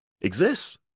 exists